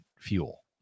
fuel